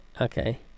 Okay